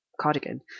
cardigan